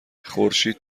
خورشید